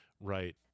Right